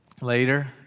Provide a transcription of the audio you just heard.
later